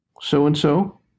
so-and-so